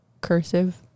cursive